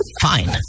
Fine